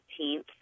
18th